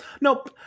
nope